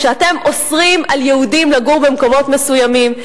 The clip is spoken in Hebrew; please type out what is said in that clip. כשאתם אוסרים על יהודים לגור במקומות מסוימים,